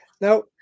Now